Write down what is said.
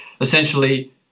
essentially